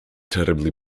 terribly